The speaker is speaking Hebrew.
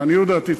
לעניות דעתי,